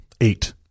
eight